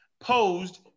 posed